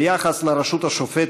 ביחס לרשות השופטת,